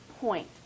point